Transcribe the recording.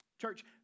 Church